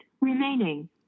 remaining